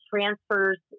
transfers